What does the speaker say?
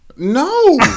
no